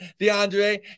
DeAndre